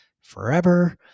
forever